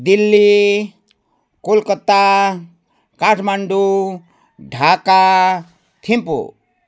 Delhi Kolkata Kathmandu Dhaka Thimphu